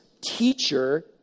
teacher